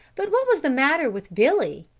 but what was the matter with billy?